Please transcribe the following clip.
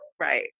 Right